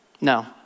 No